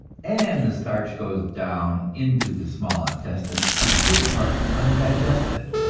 and the starch goes down into the small intestine a good part undigested.